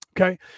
Okay